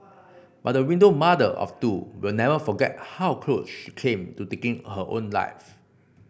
but the widowed mother of two will never forget how close she came to taking her own life